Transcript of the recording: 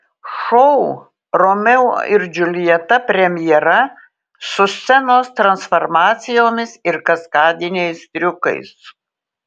šou romeo ir džiuljeta premjera su scenos transformacijomis ir kaskadiniais triukais